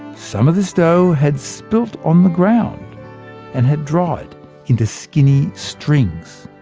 some of this dough had spilt on the ground and had dried into skinny strings.